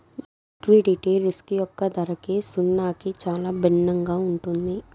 liquidity risk యొక్క ధరకి సున్నాకి చాలా భిన్నంగా ఉంటుంది